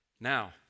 Now